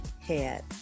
head